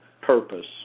purpose